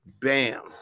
bam